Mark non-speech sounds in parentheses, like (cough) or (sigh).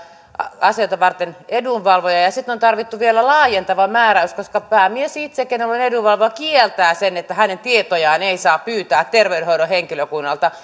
asioita varten edunvalvoja ja ja sitten on tarvittu vielä laajentava määräys koska päämies itse jolla on edunvalvoja kieltää sen että hänen tietojaan saisi pyytää terveydenhoidon henkilökunnalta (unintelligible)